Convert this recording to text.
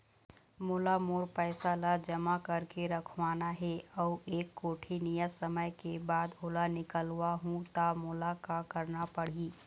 मोला मोर पैसा ला जमा करके रखवाना हे अऊ एक कोठी नियत समय के बाद ओला निकलवा हु ता मोला का करना पड़ही?